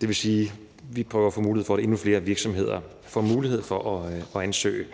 Det vil sige, at vi prøver at give mulighed for, at endnu flere virksomheder får mulighed for at ansøge.